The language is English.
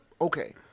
okay